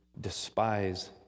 despise